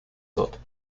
dort